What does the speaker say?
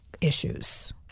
issues